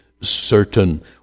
certain